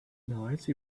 nice